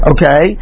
Okay